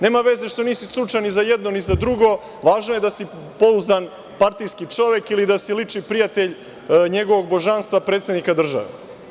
Nema veze što nisi slučaj ni za jedno ni za drugo, važno je da si pouzdan partijski čovek, ili da si lični prijatelj njegovog božanstva, predsednika države.